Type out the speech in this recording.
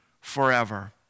forever